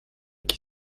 qui